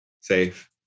Safe